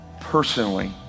personally